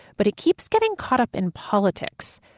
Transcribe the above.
but it keeps getting caught up in politics,